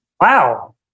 Wow